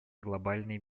глобальной